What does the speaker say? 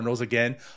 again